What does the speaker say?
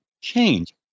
change